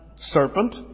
serpent